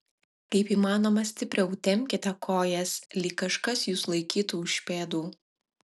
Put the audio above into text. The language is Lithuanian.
kaip įmanoma stipriau tempkite kojas lyg kažkas jus laikytų už pėdų